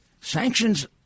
Sanctions